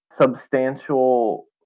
substantial